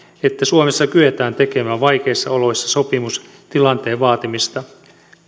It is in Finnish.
että suomessa kyetään tekemään vaikeissa oloissa sopimus tilanteen vaatimista